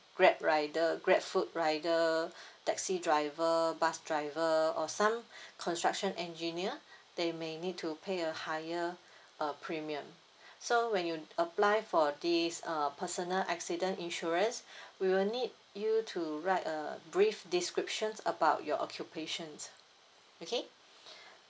grab rider grab food rider taxi driver bus driver or some construction engineer they may need to pay a higher err premium so when you apply for this err personal accident insurance we will need you to write a brief description about your occupation okay